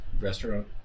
restaurant